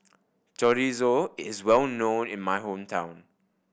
Chorizo is well known in my hometown